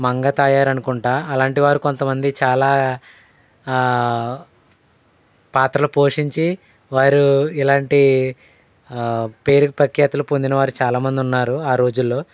మంగతాయారనుకుంటా అలాంటి వారు కొంతమంది చాలా పాత్రలు పోషించి వారు ఇలాంటి పేరు ప్రఖ్యాతలు పొందిన వారు చాలామంది ఉన్నారు రోజుల్లో